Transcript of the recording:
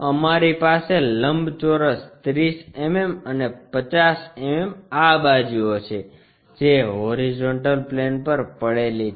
અમારી પાસે લંબચોરસ 30 mm અને 50 mm આ બાજુઓ છે જે હોરીઝોન્ટલ પ્લેન પર પડેલી છે